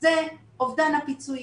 זה אובדן הפיצויים,